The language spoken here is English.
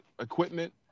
equipment